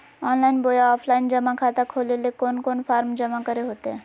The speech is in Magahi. ऑनलाइन बोया ऑफलाइन जमा खाता खोले ले कोन कोन फॉर्म जमा करे होते?